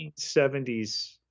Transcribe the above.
1970s